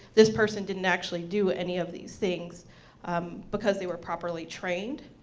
this person didn't actually do any of these things because they were properly trained.